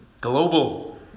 global